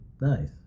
Nice